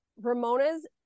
Ramona's